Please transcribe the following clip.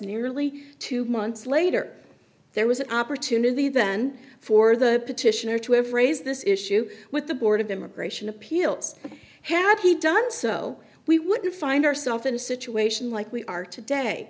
nearly two months later there was an opportunity then for the petitioner to have raised this issue with the board of immigration appeals had he done so we would find ourselves in a situation like we are today